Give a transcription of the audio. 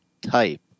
type